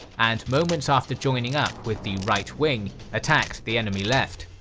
and moments after joining up with the right wing, attacked the enemy left.